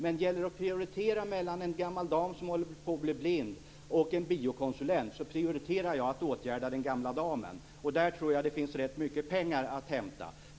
Men gäller det att prioritera mellan en gammal dam som håller på att bli blind och en biokonsulent prioriterar jag att åtgärda den gamla damens problem. Där tror jag att det finns rätt mycket pengar att hämta.